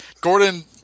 Gordon